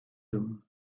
them